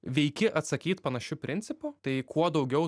veiki atsakyt panašiu principu tai kuo daugiau